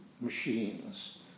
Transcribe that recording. machines